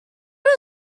have